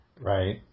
Right